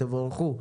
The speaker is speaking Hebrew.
תבורכו.